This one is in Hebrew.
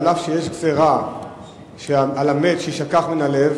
אף שיש גזירה על המת שיישכח מן הלב,